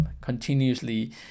continuously